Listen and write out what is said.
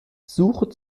suche